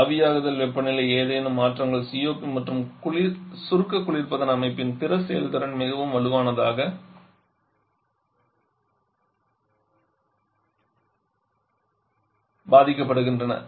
ஆவியாகுதல் வெப்பநிலையில் ஏதேனும் மாற்றங்கள் COP மற்றும் சுருக்க குளிர்பதன அமைப்பின் பிற செயல்திறன் மிகவும் வலுவாக பாதிக்கப்படுகின்றன